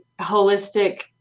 holistic